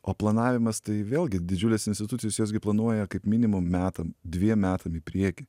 o planavimas tai vėlgi didžiulės institucijos jos gi planuoja kaip minimum metam dviem metam į priekį